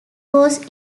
was